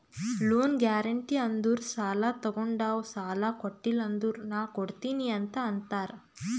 loan guarantee ಅಂದುರ್ ಸಾಲಾ ತೊಗೊಂಡಾವ್ ಸಾಲಾ ಕೊಟಿಲ್ಲ ಅಂದುರ್ ನಾ ಕೊಡ್ತೀನಿ ಅಂತ್ ಅಂತಾರ್